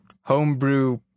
homebrew